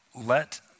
Let